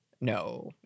no